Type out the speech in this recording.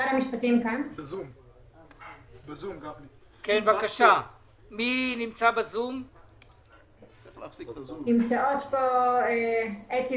נמצאות פה אתי ליבמן עפאים ורותם רייבי ממחלקת ייעוץ וחקיקה.